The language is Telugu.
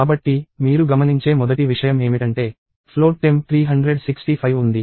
కాబట్టి మీరు గమనించే మొదటి విషయం ఏమిటంటే ఫ్లోట్ టెంప్ 365 ఉంది